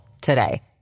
today